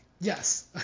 Yes